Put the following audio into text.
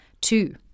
Two